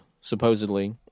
supposedly